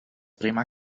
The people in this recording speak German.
bremer